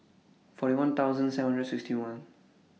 forty one thousand seven hundred and sixty one